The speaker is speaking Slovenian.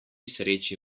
sreči